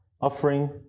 offering